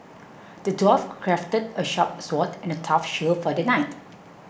the dwarf crafted a sharp sword and a tough shield for the knight